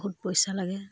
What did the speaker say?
বহুত পইচা লাগে